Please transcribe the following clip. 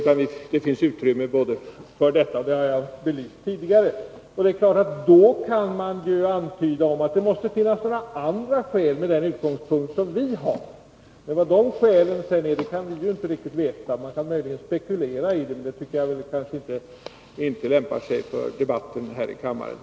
Den uppfattningen har jag tidigare belyst. Det kan naturligtvis antydas att vi från vår utgångspunkt måste ha andra skäl för vår uppfattning. Men vilka de skälen är kan vi inte riktigt vara på det klara med. Man kan möjligen spekulera i saken, men det tycker jag inte är riktigt lämpligt i debatten här i kammaren.